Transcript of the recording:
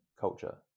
culture